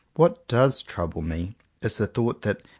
what does trouble me is the thought that,